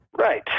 Right